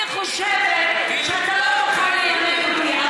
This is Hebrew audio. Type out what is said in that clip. אני חושבת שאתה לא תוכל ללמד אותי,